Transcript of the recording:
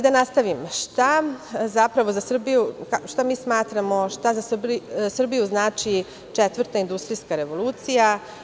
Da nastavim, šta zapravo za Srbiju, šta mi smatramo šta za Srbiju znači četvrta industrijska revolucija.